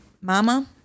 Mama